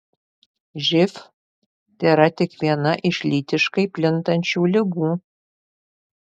živ tėra tik viena iš lytiškai plintančių ligų